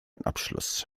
abschluss